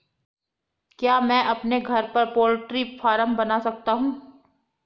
क्या मैं अपने घर पर पोल्ट्री फार्म बना सकता हूँ?